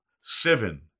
Seven